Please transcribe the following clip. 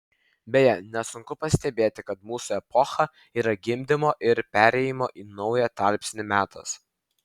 beje nesunku pastebėti kad mūsų epocha yra gimdymo ir perėjimo į naują tarpsnį metas